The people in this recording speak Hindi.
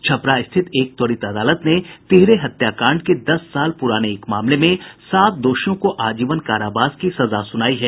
छपरा स्थित एक त्वरित अदालत ने तिहरे हत्याकांड के दस साल पुराने एक मामले में सात दोषियों को आजीवन कारावास की सजा सुनायी है